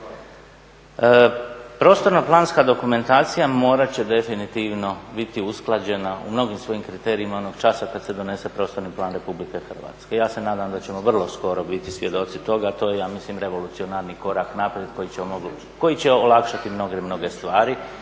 Prostorno-planska dokumentacija morat će definitivno biti usklađena u mnogim svojim kriterijima onog časa kada se donese prostorni plan RH. Ja se nadam da ćemo vrlo skoro biti svjedoci toga, to je ja mislim revolucionarni korak naprijed koji će olakšati mnoge stvari